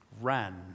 Ran